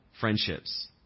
friendships